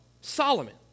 Solomon